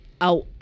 out